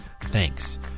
Thanks